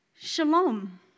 Shalom